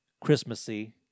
Christmassy